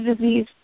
disease